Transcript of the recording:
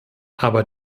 aber